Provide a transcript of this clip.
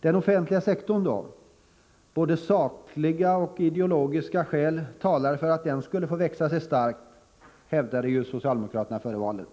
Den offentliga sektorn då? Både sakliga och ideologiska skäl talar för att den skulle få växa sig stark, hävdade ju socialdemokraterna före valet.